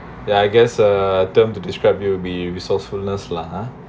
but I guess uh term to describe you'll be resourcefulness lah